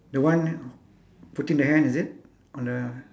the one putting the hand is it on the